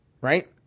right